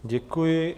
Děkuji.